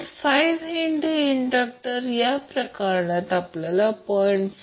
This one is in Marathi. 5 हेनरी इंडक्टर या प्रकरणात आपल्याला 0